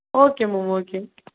okay ma'am okay